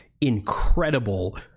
incredible